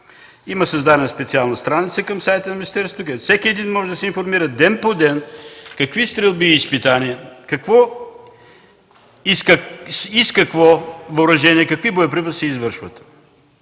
Има създадена специална страница към сайта на министерството, където всеки един може да се информира ден по ден какви стрелби и изпитания и с какво въоръжение, с какви боеприпаси се извършват.